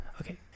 Okay